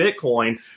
Bitcoin